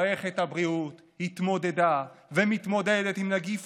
מערכת הבריאות התמודדה ומתמודדת עם נגיף